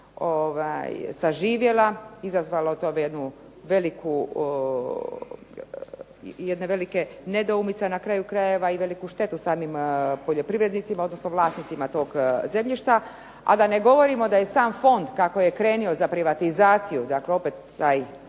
saživjela, izazvalo to bi jedne velike nedoumice a i na kraju krajeva veliku štetu samim poljoprivrednicima odnosno vlasnicima tog zemljišta a da ne govorimo da je sam fond kako je krenuo za privatizaciju, dakle opet taj